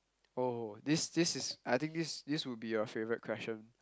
oh this this is I think this this would be your favorite question